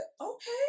okay